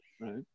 right